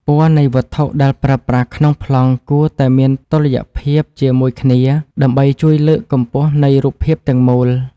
ពណ៌នៃវត្ថុដែលប្រើប្រាស់ក្នុងប្លង់គួរតែមានតុល្យភាពជាមួយគ្នាដើម្បីជួយលើកសម្រស់នៃរូបភាពទាំងមូល។